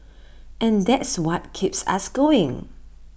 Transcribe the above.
and that's what keeps us going